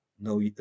no